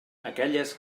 aquelles